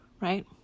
right